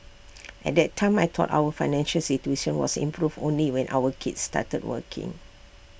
at that time I thought our financial situation was improve only when our kids started working